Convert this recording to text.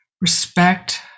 Respect